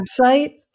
website